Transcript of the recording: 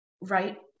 Right